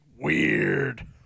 Weird